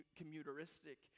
commuteristic